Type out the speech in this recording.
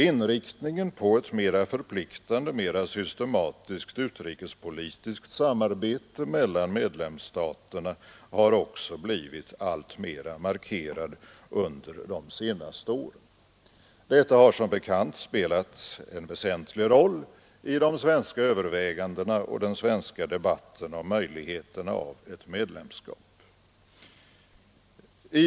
Inriktningen på ett mera förpliktande, mera systematiskt utrikespolitiskt samarbete mellan medlemsstaterna har också blivit alltmera markerad under de senaste åren. Detta har som bekant spelat en väsentlig roll i de svenska övervägandena och den svenska debatten om möjligheterna av ett medlemskap.